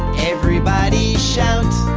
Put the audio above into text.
everybody shout.